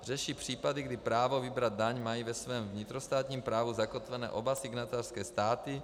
Řeší případy, kdy právo vybrat daň mají ve svém vnitrostátním právu zakotvené oba signatářské státy.